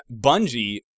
Bungie